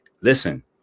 Listen